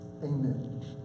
Amen